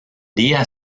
día